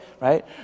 right